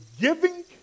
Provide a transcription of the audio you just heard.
giving